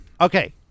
Okay